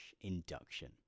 induction